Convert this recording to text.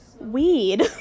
weed